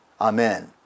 Amen